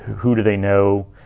who do they know,